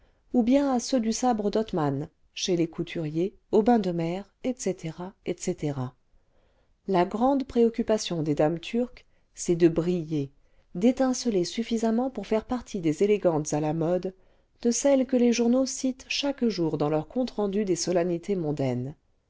ou bien à ceux du sabre d'othman chez les couturiers aux bains de mer etc etc la grande préoccupation des dames turques c'est de briller d'étinceler suffisamment pour faire partie des élégantes à la mode de celles que les journaux citent chaque jour dans leurs comptes rendus des solennités mondaines